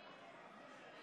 58,